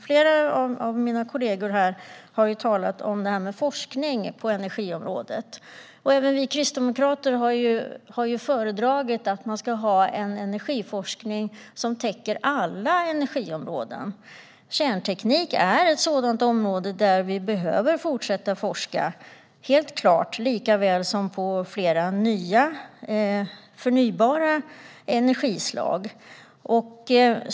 Flera av mina kollegor har talat om forskning på energiområdet. Även vi kristdemokrater har föredragit en energiforskning som täcker alla energiområden. Kärnteknik är helt klart ett område där vi behöver fortsätta forska; det gäller även flera nya förnybara energislag.